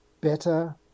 better